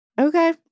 Okay